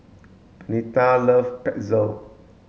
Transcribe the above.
Bernetta love Pretzel